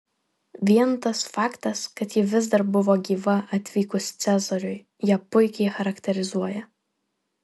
vien tas faktas kad ji vis dar buvo gyva atvykus cezariui ją puikiai charakterizuoja